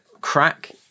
crack